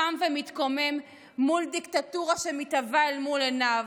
קם ומתקומם מול דיקטטורה שמתהווה אל מול עיניו.